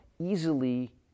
easily